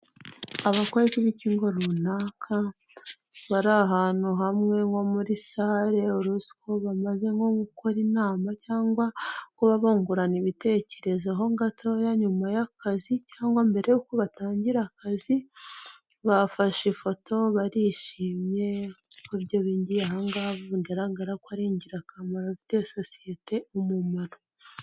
Abakozi b'ikigo runaka bari ahantu hamwe nko muri salle uruziko bameze nko gukora inama cyangwa kuba bungurana ibitekerezoho gatoya nyuma y'akazi, cyangwa mbere y'uko batangira akazi, bafashe ifoto barishimye kuko ibyo bigiye aha ngaha bigaragara ko ari ingirakamaro bifitiye sosiyete umumaro.